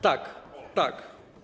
Tak, tak.